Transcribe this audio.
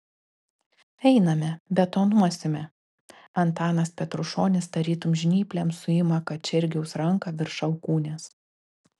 einame betonuosime antanas petrušonis tarytum žnyplėm suima kačergiaus ranką virš alkūnės